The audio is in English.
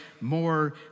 more